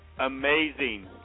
amazing